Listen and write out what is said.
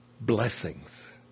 blessings